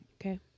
Okay